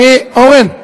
אורן,